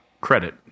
credit